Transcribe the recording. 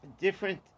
different